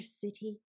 city